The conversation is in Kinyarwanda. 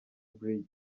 brig